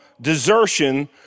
desertion